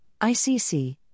ICC